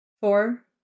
Four